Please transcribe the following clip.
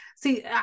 See